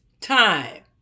time